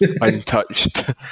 untouched